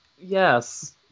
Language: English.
Yes